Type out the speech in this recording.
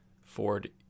Ford